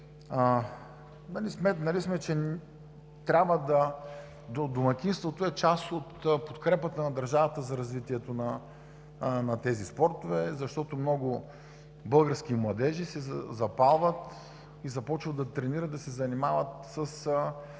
Сметнали сме, че домакинството е част от подкрепата на държавата за развитието на тези спортове, защото много български младежи се запалват и започват да тренират, да се занимават с